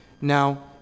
now